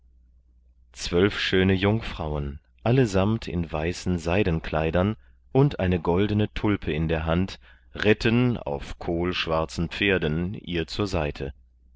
zwölf schöne jungfrauen allesamt in weißen seidenkleidern und eine goldene tulpe in der hand ritten auf kohlschwarzen pferden ihr zur seite